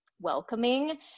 welcoming